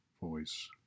voice